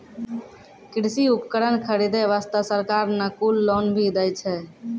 कृषि उपकरण खरीदै वास्तॅ सरकार न कुल लोन भी दै छै